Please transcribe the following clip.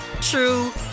true